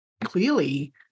clearly